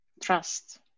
Trust